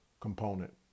component